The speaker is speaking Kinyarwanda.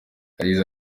yagize